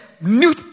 new